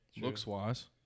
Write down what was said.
looks-wise